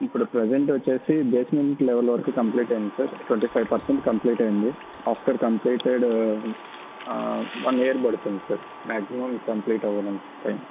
ఇప్పుడు ప్రెజెంట్ వచ్చేసి basement level వరకు కంప్లీట్ అయ్యింది sir twenty five percent complete అయ్యింది ఆఫ్టర్ కంప్లీటెడ్ వన్ ఇయర్ పడుతుంది సార్ మ్యాగ్జిమం కంప్లీట్ అవ్వడానికి టైమ్